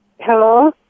Hello